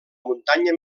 muntanya